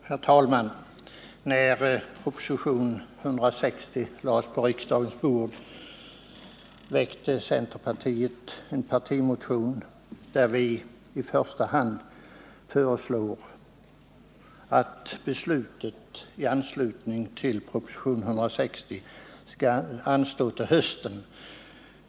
Herr talman! När propositionen 160 hade lagts på riksdagens bord väckte centerpartiet en partimotion, i vilken vi i första hand föreslog att beslutet om statsskatten skulle anstå till hösten.